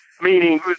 meaning